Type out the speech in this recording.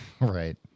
right